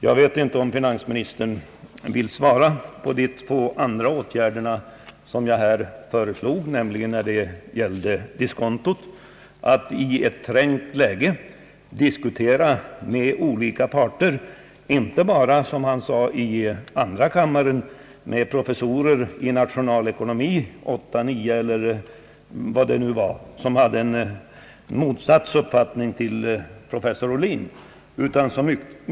Jag vet inte om finansministern vill yttra sig om de två andra åtgärderna som jag föreslog, nämligen att vi i fråga om diskontot i ett trängt läge skulle kunna diskutera med olika parter — inte bara, som finansministern sade i andra kammaren, med åtta, nio professorer i nationalekonomi som har en uppfattning motsatt den som professor Ohlin har.